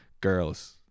girls